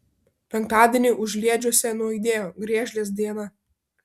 penktadienį užliedžiuose nuaidėjo griežlės diena